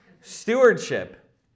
Stewardship